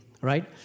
right